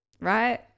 right